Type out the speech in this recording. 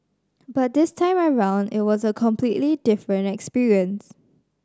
but this time around it was a completely different experience